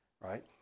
right